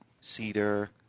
cedar